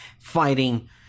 fighting